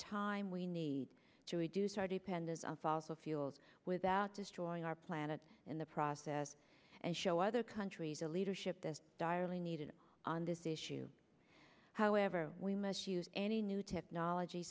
time we need to reduce our dependence on fossil fuels without destroying our planet in the process and show other countries or leadership the direly needed on this issue however we must use any new technology